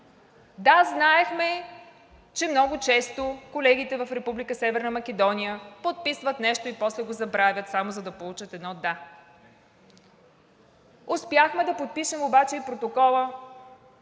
Да, знаехме, че много често колегите в Република Северна Македония подписват нещо и после го забравят, само за да получат едно да. Успяхме да подпишем обаче и протокола